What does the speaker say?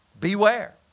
Beware